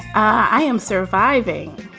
i am surviving.